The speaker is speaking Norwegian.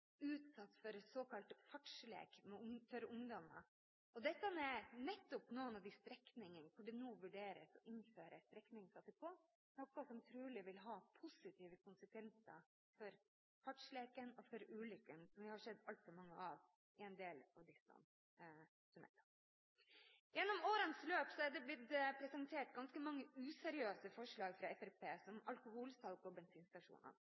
utsatt for såkalt fartslek for ungdommer. Dette er nettopp noen av de strekningene hvor det nå vurderes å innføre streknings-ATK, noe som trolig vil ha positive konsekvenser for fartsleken og for ulykkene, som vi har sett altfor mange av i en del av disse tunnelene. Gjennom årenes løp er det blitt presentert ganske mange useriøse forslag fra